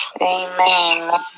Amen